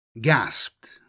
gasped